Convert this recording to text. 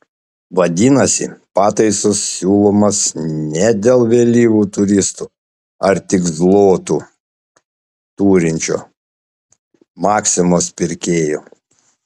vadinasi pataisos siūlomos ne dėl vėlyvų turistų ar tik zlotų turinčio maksimos pirkėjo